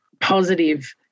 positive